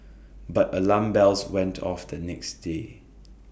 but alarm bells went off the next day